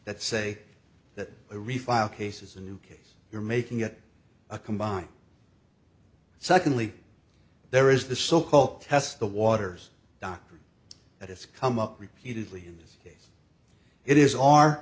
that say that refile cases a new case you're making at a combine secondly there is the so called test the waters doctrine that has come up repeatedly in this